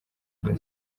bwa